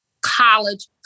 college